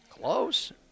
Close